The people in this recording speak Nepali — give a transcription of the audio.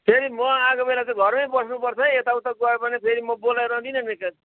फेरि म आएको बेलामा चाहिँ घरमै बस्नुपर्छ है यताउता गयो भने फेरि म बोलाइरहदिनँ नि त्यहाँ